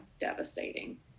devastating